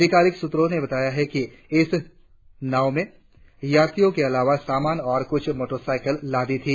अधिकारिक सूत्रों ने बताया है कि इस नाव में यात्रियों के अलावा सामान और कुछ मोटरसाइकिले लदी थी